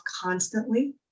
constantly